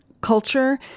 culture